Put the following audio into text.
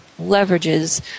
leverages